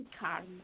karma